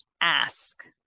ask